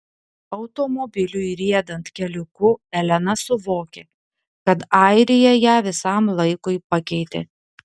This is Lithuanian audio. automobiliui riedant keliuku elena suvokė kad airija ją visam laikui pakeitė